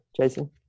Jason